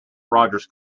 rogers